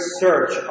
search